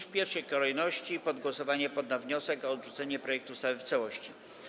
W pierwszej kolejności pod głosowanie poddam wniosek o odrzucenie projektu ustawy w całości.